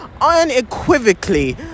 unequivocally